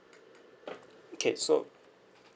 okay so